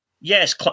yes